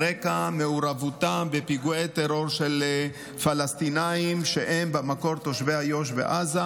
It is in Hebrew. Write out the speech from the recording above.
על רקע מעורבות בפיגועי טרור של פלסטינים שהם במקור תושבי איו"ש ועזה,